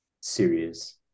serious